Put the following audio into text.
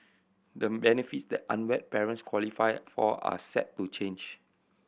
the benefits that unwed parents qualify for are set to change